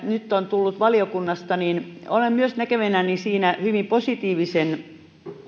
nyt on tullut valiokunnasta olen myös näkevinäni hyvin positiivisen